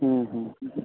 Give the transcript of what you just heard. ಹ್ಞೂ ಹ್ಞೂ